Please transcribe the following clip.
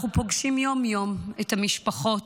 אנחנו פוגשים יום-יום את המשפחות